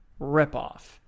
ripoff